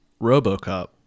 Robocop